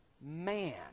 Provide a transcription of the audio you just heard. man